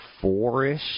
four-ish